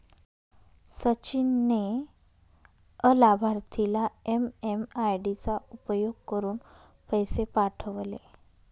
सचिन ने अलाभार्थीला एम.एम.आय.डी चा उपयोग करुन पैसे पाठवले